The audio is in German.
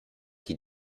die